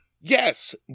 Yes